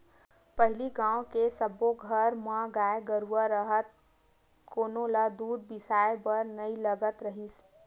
पहिली गाँव के सब्बो घर म गाय गरूवा राहय कोनो ल दूद बिसाए बर नइ लगत रिहिस